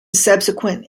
subsequent